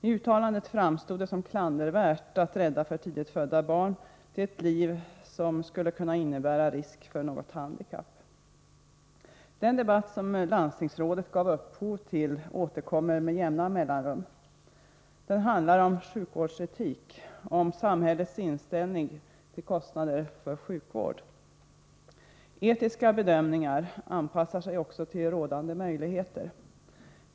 I uttalandet framstod det som klandervärt att rädda för tidigt födda barn till ett liv som skulle kunna innebära risk för något handikapp. Den debatt som landstingsrådet gav upphov till återkommer med jämna mellanrum. Debatten handlar om sjukvårdsetik och om samhällets inställning till kostnader för sjukvård. Beträffande etiska bedömningar sker det en anpassning till rådande möjligheter.